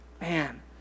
Man